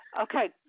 Okay